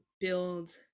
build